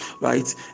Right